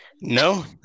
no